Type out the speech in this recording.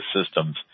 Systems